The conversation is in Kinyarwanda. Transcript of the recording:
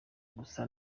gusa